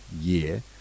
year